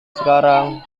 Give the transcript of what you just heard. sekarang